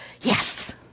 yes